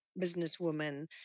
businesswoman